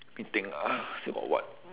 let me think ah still got what